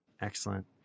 Excellent